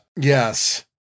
Yes